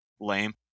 lame